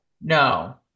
No